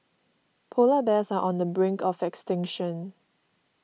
Polar Bears are on the brink of extinction